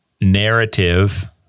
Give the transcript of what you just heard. narrative